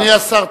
אדוני השר,